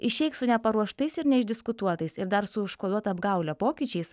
išeik su neparuoštais ir neišdiskutuotais ir dar su užkoduota apgaule pokyčiais